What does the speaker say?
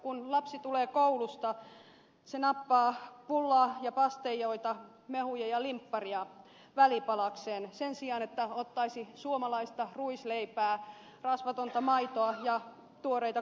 kun lapsi tulee koulusta hän nappaa pullaa ja pasteijoita mehuja ja limpparia välipalakseen sen sijaan että ottaisi suomalaista ruisleipää rasvatonta maitoa ja tuoreita kasviksia